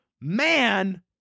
Man